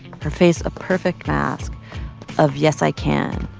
her face a perfect mask of, yes i can,